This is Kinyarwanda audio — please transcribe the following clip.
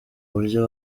buryo